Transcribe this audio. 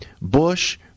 Bush